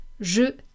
Je